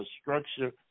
structure